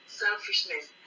selfishness